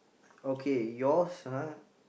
okay yours ah